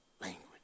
language